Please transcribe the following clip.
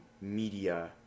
media